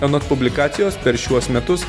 anot publikacijos per šiuos metus